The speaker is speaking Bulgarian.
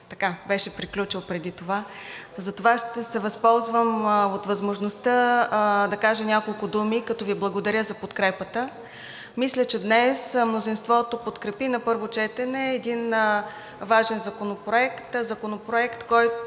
но беше приключил преди това. Затова ще се възползвам от възможността да кажа няколко думи, като Ви благодаря за подкрепата. Мисля, че днес мнозинството подкрепи на първо четене един важен Законопроект – Законопроект, който